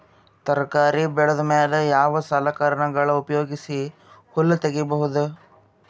ತರಕಾರಿ ಬೆಳದ ಮೇಲೆ ಯಾವ ಸಲಕರಣೆಗಳ ಉಪಯೋಗಿಸಿ ಹುಲ್ಲ ತಗಿಬಹುದು?